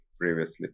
previously